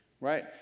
right